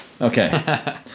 Okay